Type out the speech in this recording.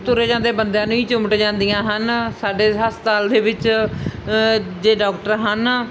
ਤੁਰੇ ਜਾਂਦੇ ਬੰਦਿਆਂ ਨੂੰ ਹੀ ਚਿਮੜ ਜਾਂਦੀਆਂ ਹਨ ਸਾਡੇ ਹਸਪਤਾਲ ਦੇ ਵਿੱਚ ਜੇ ਡਾਕਟਰ ਹਨ